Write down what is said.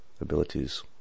abilities